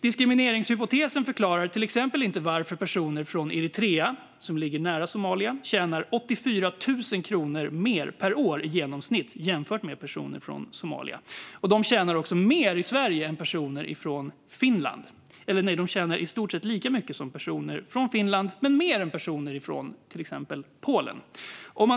Diskrimineringshypotesen förklarar till exempel inte varför personer från Eritrea, som ligger nära Somalia, tjänar 84 000 kronor mer per år i genomsnitt än personer från Somalia. De tjänar i stort sett lika mycket som personer från Finland och mer än personer från Polen.